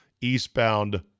eastbound